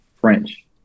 French